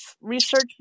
research